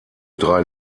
drei